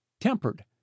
tempered